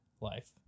life